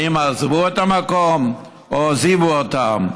האם עזבו את המקום או העזיבו אותם?